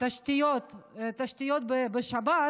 תשתית בשבת,